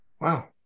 Wow